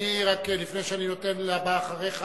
לפני שאני נותן לבא אחריך,